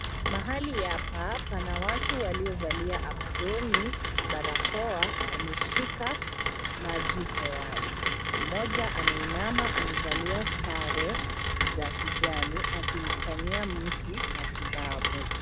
Mahali hapa pana watu waliovalia aproni, barakoa wameshika maji hewani. Mmoja ameinama amevalia sare za kijani akimfanyia mtu matibabu.